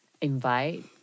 invite